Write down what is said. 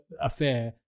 affair